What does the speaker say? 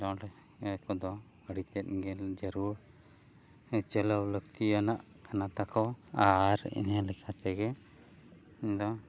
ᱵᱚᱞ ᱮᱱᱮᱡ ᱠᱚᱫᱚ ᱟᱹᱰᱤ ᱛᱮᱫ ᱜᱮ ᱡᱟᱹᱨᱩᱲ ᱪᱟᱞᱟᱣ ᱞᱟᱹᱠᱛᱤᱭᱟᱱᱟᱜ ᱠᱟᱱᱟ ᱛᱟᱠᱚ ᱟᱨ ᱤᱱᱟᱹ ᱞᱮᱠᱟ ᱛᱮᱜᱮ ᱤᱧᱫᱚ